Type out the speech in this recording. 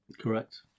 Correct